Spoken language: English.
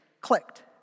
clicked